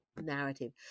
narrative